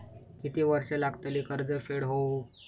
किती वर्षे लागतली कर्ज फेड होऊक?